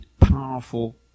powerful